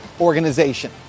organization